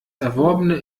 erworbene